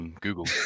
Google